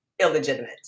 illegitimate